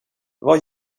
vad